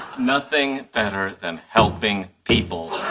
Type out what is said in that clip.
nothing better than helping people.